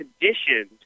conditioned